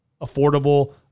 affordable